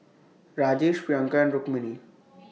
Rajesh Priyanka and Rukmini